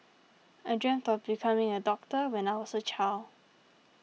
I dreamt of becoming a doctor when I was a child